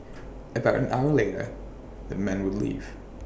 about an hour later the men would leave